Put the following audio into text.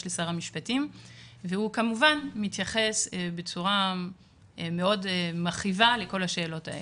לשר המשפטים והוא כמובן מתייחס בצורה מאוד מרחיבה לכל השאלות האלה.